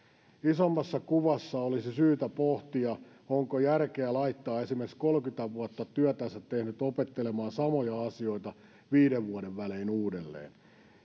isommassa kuvassa olisi syytä pohtia onko järkeä laittaa esimerkiksi kolmekymmentä vuotta työtänsä tehnyt opettelemaan samoja asioita viiden vuoden välein uudelleen